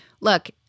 look